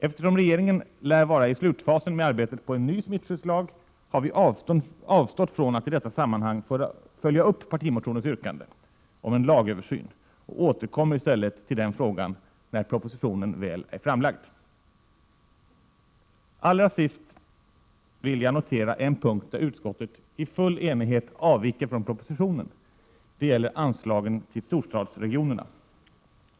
Eftersom regeringen lär vara i slutfasen med arbetet på en ny smittskyddslag har vi avstått från att i detta sammanhang följa upp partimotionens yrkande om en lagöversyn och återkommer i stället till den frågan när propositionen väl är framlagd. Allra sist vill jag notera en punkt där utskottet i full enighet avviker från propositionen — det gäller anslagen till storstadsregionerna.